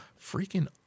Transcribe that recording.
Freaking